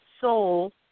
soul